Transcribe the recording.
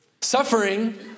Suffering